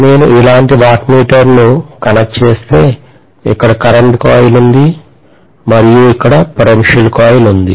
నేను ఇలాంటి వాట్మీటర్ను కనెక్ట్ చేస్తే ఇక్కడ కరెంటు కాయిల్ ఉంది మరియు ఇక్కడ పొటన్షియాల్ కాయిల్ ఉంది